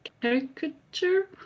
caricature